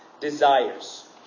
desires